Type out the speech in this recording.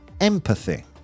empathy